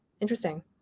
Interesting